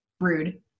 Rude